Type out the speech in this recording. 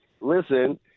Listen